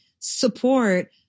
support